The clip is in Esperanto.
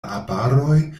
arbaroj